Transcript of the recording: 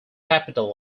capital